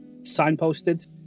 signposted